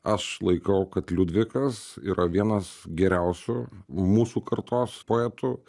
aš laikau kad liudvikas yra vienas geriausių mūsų kartos poetų